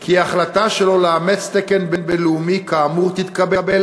כי החלטה שלא לאמץ תקן בין-לאומי כאמור תתקבל